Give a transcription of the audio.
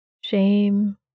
shame